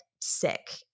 sick